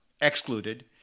excluded